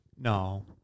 No